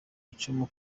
icumu